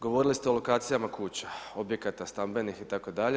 Govorili ste o lokacija kuća, objekta, stambenih itd.